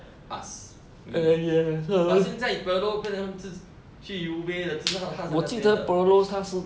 us eh but 现在 pirlo 变成子去 uva 的知道他在那边的